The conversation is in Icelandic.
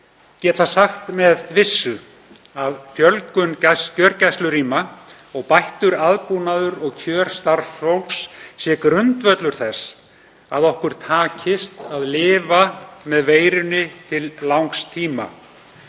geta sagt með vissu að fjölgun gjörgæslurýma og bættur aðbúnaður og kjör starfsfólks sé grundvöllur þess að okkur takist að lifa með veirunni til langs tíma,